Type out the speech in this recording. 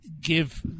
give